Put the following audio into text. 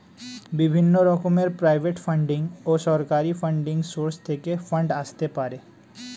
বিভিন্ন রকমের private funding ও সরকারি ফান্ডিং সোর্স থেকে ফান্ড আসতে পারে